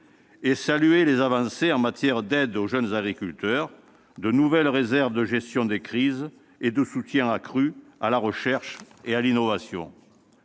saluer les avancées en matière d'aides aux jeunes agriculteurs, de nouvelle réserve de gestion des crises et de soutien accru à la recherche et à l'innovation.